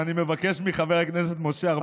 ואני מבקש מחבר הכנסת משה ארבל לא להפריע לי.